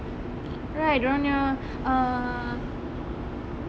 right diorang nya uh